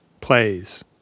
plays